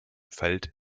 feld